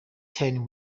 teng